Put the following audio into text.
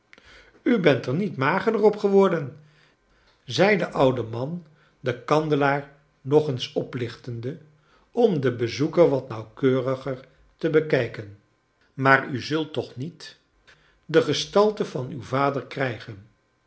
u bent er niet magerder op geworden zei de oude man den kandelaar nog eens oplichtende orn den bezoeker wat nauwkenriger te bekijken maar u zult toch niet de gestalte van uw vader krijgen